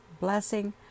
blessing